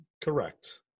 Correct